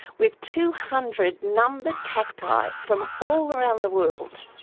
with two hundred numbered cacti, from all around the world,